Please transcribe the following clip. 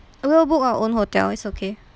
we will book our own hotel it's okay